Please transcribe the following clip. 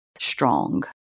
strong